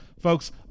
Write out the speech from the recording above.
Folks